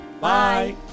Bye